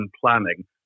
planning